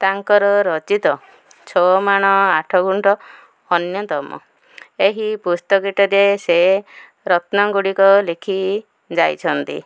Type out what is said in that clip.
ତାଙ୍କର ରଚିତ ଛଅ ମାଣ ଆଠଗୁଣ୍ଠ ଅନ୍ୟତମ ଏହି ପୁସ୍ତକଟିରେ ସେ ରତ୍ନ ଗୁଡ଼ିକ ଲେଖି ଯାଇଛନ୍ତି